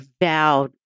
vowed